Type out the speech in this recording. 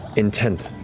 intent,